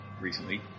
recently